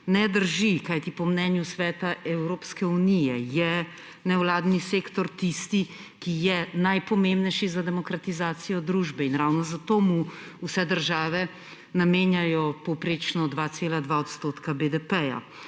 ne drži, kajti po mnenju Sveta Evropske unije je nevladni sektor tisti, ki je najpomembnejši za demokratizacijo družbe, in ravno zato mu vse države namenjajo povprečno 2,2 % BDP.